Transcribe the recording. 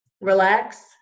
Relax